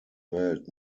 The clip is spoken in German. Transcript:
welt